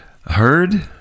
heard